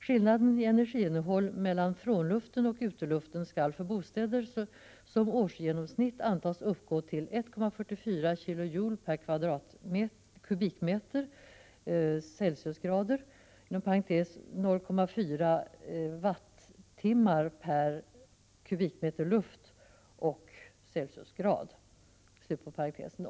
Skillnaden i energiinnehåll mellan frånluften och uteluften skall för bostäder som årsgenomsnitt antas uppgå till 1,44 kJ/m? ”C (0,4 Wh per m?